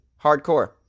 Hardcore